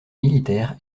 militaires